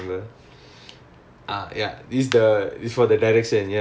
எனக்கு அதை கேட்டுத்தான் தெரியும் செஞ்சிருவேன்:enakku athai kaettuthaan theriyum senjiruven